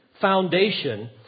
foundation